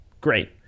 Great